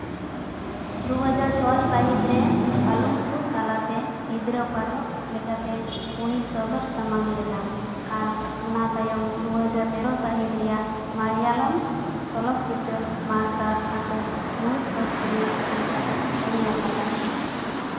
ᱫᱩ ᱦᱟᱡᱟᱨ ᱪᱷᱚᱭ ᱥᱟᱹᱦᱤᱛ ᱨᱮ ᱯᱟᱞᱩᱝᱠᱩ ᱛᱟᱞᱟᱛᱮ ᱜᱤᱫᱽᱨᱟᱹ ᱯᱟᱴᱷᱚᱠ ᱞᱮᱠᱟᱛᱮ ᱩᱱᱤᱭ ᱥᱚᱫᱚᱨ ᱥᱟᱢᱟᱝ ᱞᱮᱱᱟ ᱟᱨ ᱚᱱᱟ ᱛᱟᱭᱚᱢ ᱫᱩ ᱦᱟᱡᱟᱨ ᱛᱮᱨᱳ ᱥᱟᱹᱦᱤᱛ ᱨᱮᱭᱟᱜ ᱢᱟᱞᱭᱟᱞᱚᱢ ᱪᱚᱞᱚᱛ ᱪᱤᱛᱟᱹᱨ ᱢᱟᱫᱽᱼᱫᱟᱫᱽ ᱟᱛᱮ ᱢᱩᱬᱩᱫ ᱯᱟᱹᱴᱷᱠᱤᱭᱟᱹ ᱞᱮᱠᱟᱛᱮᱭ ᱠᱟᱹᱢᱤ ᱟᱠᱟᱫᱟ